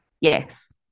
yes